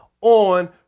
on